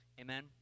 Amen